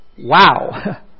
Wow